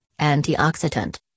antioxidant